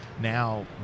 now